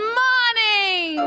morning